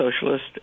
socialist